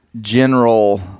general